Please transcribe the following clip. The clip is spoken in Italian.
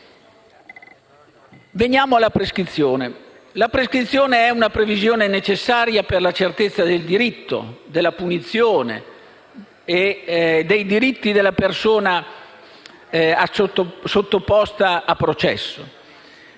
Veniamo alla prescrizione: la prescrizione è una previsione necessaria per la certezza del diritto, della punizione e dei diritti della persona sottoposta a processo,